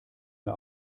mir